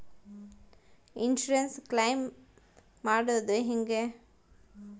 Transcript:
Insurance claim ಮಾಡದು ಹೆಂಗೆ?